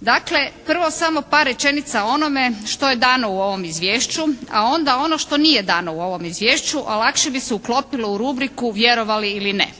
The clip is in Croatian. Dakle, prvo samo par rečenica o onome što je dano u ovom izvješću, a onda ono što nije dano u ovom izvješću, a lakše bi se uklopilo u rubriku vjerovali ili ne.